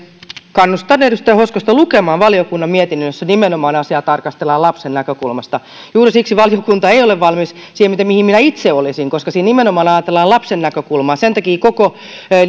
kannustan edustaja hoskosta lukemaan valiokunnan mietinnön jossa nimenomaan asiaa tarkastellaan lapsen näkökulmasta juuri siksi valiokunta ei ole valmis siihen mihin minä itse olisin koska siinä nimenomaan ajatellaan lapsen näkökulmaa sen takia koko